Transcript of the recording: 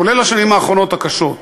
כולל השנים האחרונות, הקשות.